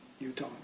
Utah